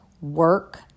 work